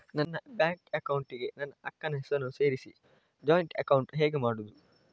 ನನ್ನ bank account ಗೆ ನನ್ನ ಅಕ್ಕ ನ ಹೆಸರನ್ನ ಸೇರಿಸಿ ಜಾಯಿನ್ ಅಕೌಂಟ್ ಹೇಗೆ ಮಾಡುದು?